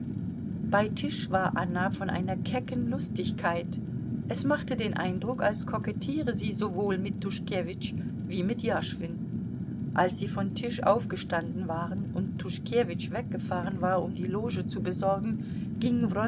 bei tisch war anna von einer kecken lustigkeit es machte den eindruck als kokettiere sie sowohl mit tuschkewitsch wie mit jaschwin als sie von tisch aufgestanden waren und tuschkewitsch weggefahren war um die loge zu besorgen ging